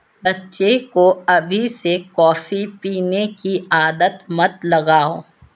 बच्चे को अभी से कॉफी पीने की आदत मत लगाओ